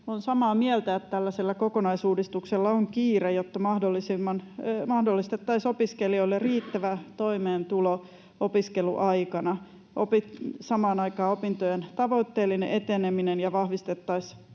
Olen samaa mieltä, että tällaisella kokonaisuudistuksella on kiire, jotta mahdollistettaisiin opiskelijoille opiskeluaikana riittävä toimeentulo ja samaan aikaan opintojen tavoitteellinen eteneminen ja vahvistettaisiin